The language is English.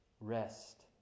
Rest